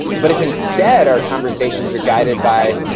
but if, instead, our conversations are guided by,